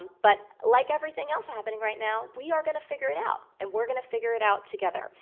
but like everything else happening right now, we are gonna figure it out and we're gonna figure it out together.